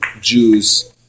Jews